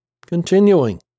Continuing